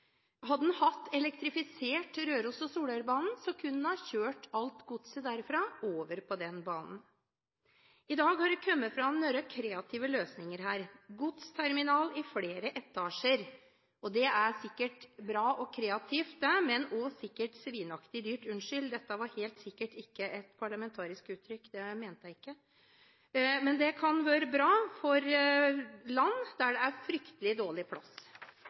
Hadde Røros- og Solørbanen vært elektrifisert, kunne en ha kjørt alt godset fra Dovrebanen over på den banen. I dag har det kommet fram noen kreative løsninger her. Godsterminal i flere etasjer er sikkert bra og kreativt, men sikkert også svinaktig dyrt – unnskyld, det var helt sikkert ikke et parlamentarisk uttrykk, så det mente jeg ikke. Det kan være bra for land der det er fryktelig dårlig plass,